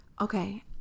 Okay